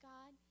God